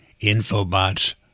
infobots